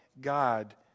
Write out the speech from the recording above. God